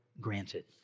granted